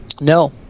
No